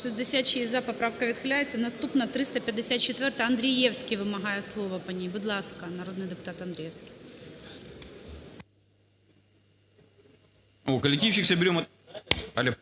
Наступна – 354-а. Андрієвський вимагає слово по ній. Будь ласка, народний депутат Андрієвський.